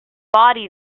body